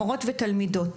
מורות ותלמידות.